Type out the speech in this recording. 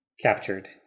captured